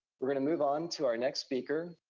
we're gonna move on to our next speaker.